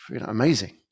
Amazing